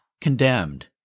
condemned